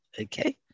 Okay